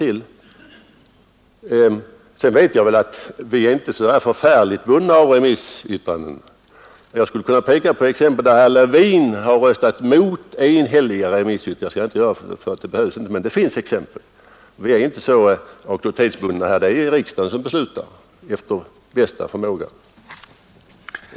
Sedan är det ju så att vi inte är så förfärligt bundna av remissyttranden. Jag skulle kunna ge exempel på tillfällen när herr Levin har röstat mot enstämmiga remissyttranden. Det finns sådana exempel, men jag skall inte ge dem, det behövs inte. Men vi är således inte auktoritetsbundna, utan det är riksdagen själv som beslutar efter bästa förmåga.